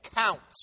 counts